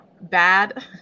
bad